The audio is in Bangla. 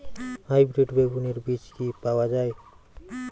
হাইব্রিড বেগুনের বীজ কি পাওয়া য়ায়?